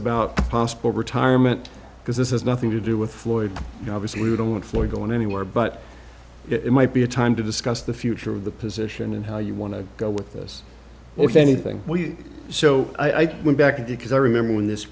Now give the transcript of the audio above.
about a possible retirement because this is nothing to do with floyd obviously we don't want floyd going anywhere but it might be a time to discuss the future of the position and how you want to go with this if anything we so i went back to because i remember when this